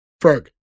frog